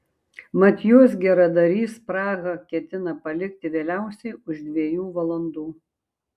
mat jos geradarys prahą ketina palikti vėliausiai už dviejų valandų